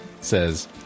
says